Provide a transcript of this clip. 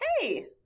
Hey